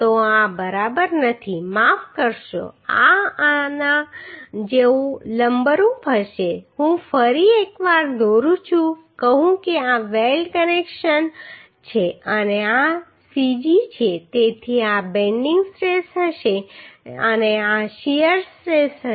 તો આ બરાબર નથી માફ કરશો આ આના જેવું લંબરૂપ હશે હું ફરી એક વાર દોરું છું કહું કે આ વેલ્ડ કનેક્શન છે અને આ cg છે તેથી આ બેન્ડિંગ સ્ટ્રેસ હશે અને આ શીયર સ્ટ્રેસ હશે